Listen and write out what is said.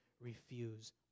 refuse